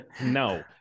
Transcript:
no